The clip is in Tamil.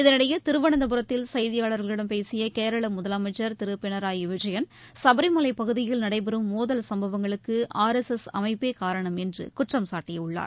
இதனிடையே திருவனந்தபுரத்தில் செய்தியாளர்களிடம் பேசிய கேரள முதலமைச்சர் திரு பினராயி விஜயன் சபரிமலை பகுதியில் நடைபெறும் மோதல் சும்பங்களுக்கு ஆர் எஸ் எஸ் அமைப்பே காரணம் என்று குற்றம்சாட்டியுள்ளார்